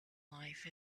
life